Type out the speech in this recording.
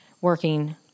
working